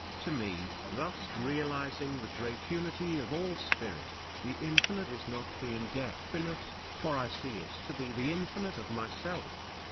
to me, thus realising the great unity of all spirit, the infinite is not the indefinite, for i see it to be the infinite of myself.